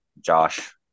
Josh